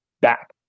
back